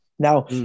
Now